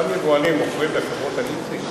אותם יבואנים מוכרים לחברות הליסינג